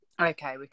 Okay